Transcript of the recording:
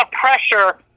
pressure